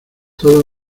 todo